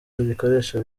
rikoresha